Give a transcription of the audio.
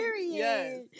Yes